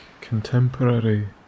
contemporary